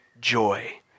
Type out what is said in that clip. joy